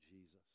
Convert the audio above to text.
Jesus